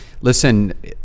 listen